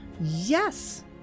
Yes